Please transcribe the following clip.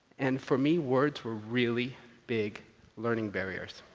and for me words were really big learning barriers.